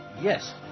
Yes